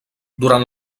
durant